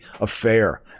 affair